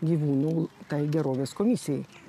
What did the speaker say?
gyvūnų tai gerovės komisijai